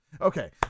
Okay